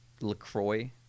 LaCroix